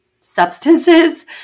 substances